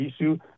issue